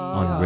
on